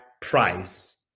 price